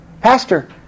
Pastor